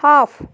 half